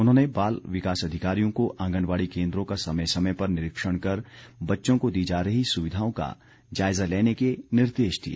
उन्होंने बाल विकास अधिकारियों को आंगनबाड़ी केन्द्रों का समय समय पर निरीक्षण कर बच्चों को दी जा रही सुविधाओं का जायजा लेने के निर्देश दिए